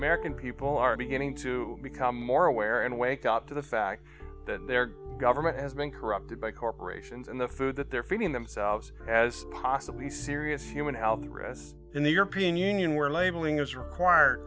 american people are beginning to become more aware and wake up to the fact that their government has been corrupted by corporations and the food that they're feeding themselves as possibly serious human algebras in the european union where labeling is required